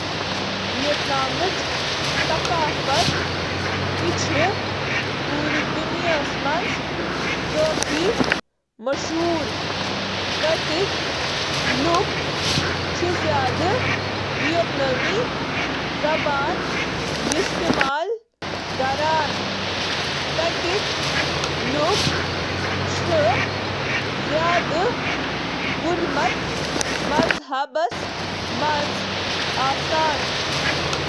امچ ثقافت چِھ روایات، چینی تہٕ مغربی اثراتن یکجا کران۔ اقدارُک نظام چھُ اصل ناو، احترام، ہیٚچھنہٕ خٲطرٕ محبت، تہٕ عیالَس سۭتۍ وفاداری پٮ۪ٹھ مبنی۔ او ڈی اے چھُ اکھ گاؤن یُس پتلون پٮ۪ٹھ لاگنہٕ چھُ یِوان، یُس قومی لباس ماننہٕ چھُ یِوان۔